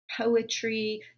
poetry